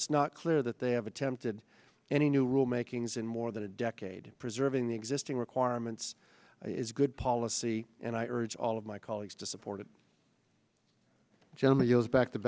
it's not clear that they have attempted any new rule makings in more than a decade preserving the existing requirements is a good policy and i urge all of my colleagues to support it gentlemen goes back to